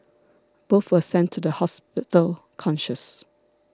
both were sent to the hospital conscious